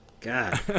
God